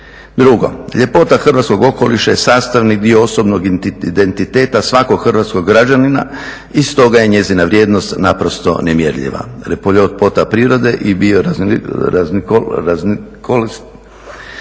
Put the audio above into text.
Drugo, ljepota hrvatskog okoliša je sastavni dio osobnog identiteta svakog hrvatskog građanina i stoga je njezina vrijednost naprosto nemjerljiva. Ljepota prirode i bioraznolikost